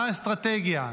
מה האסטרטגיה?